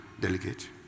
delegate